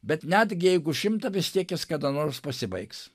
bet netgi jeigu šimtą vis tiek jis kada nors pasibaigs